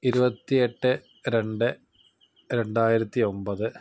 ഇരുപത്തി എട്ട് രണ്ട് രണ്ടായിരത്തി ഒമ്പത്